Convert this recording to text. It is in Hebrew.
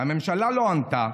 הממשלה לא ענתה.